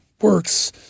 works